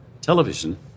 television